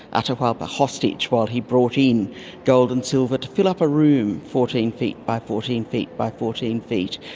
atahualpa, hostage while he brought in gold and silver to fill up a room fourteen feet by fourteen feet by fourteen feet,